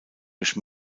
durch